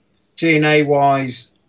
DNA-wise